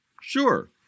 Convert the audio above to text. sure